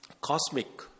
cosmic